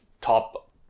top